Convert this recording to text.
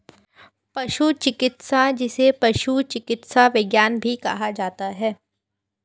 पशु चिकित्सा, जिसे पशु चिकित्सा विज्ञान भी कहा जाता है